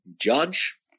judge